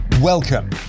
Welcome